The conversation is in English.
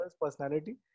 personality